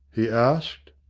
he asked.